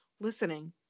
listening